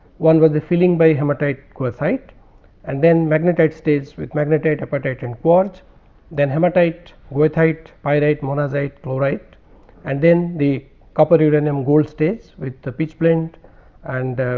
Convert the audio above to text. one was the feeling very hematite goethite and then magnetite states with magnetite hepatite and quartz then hematite goethite, pyrite, monazite, chlorite. and then the copper uranium gold states with the pitchblende and